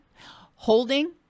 holding